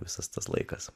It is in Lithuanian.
visas tas laikas